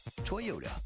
Toyota